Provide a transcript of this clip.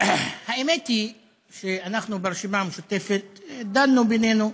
האמת היא שאנחנו, ברשימה המשותפת, דנו בינינו,